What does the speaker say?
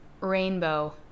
Rainbow